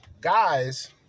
Guys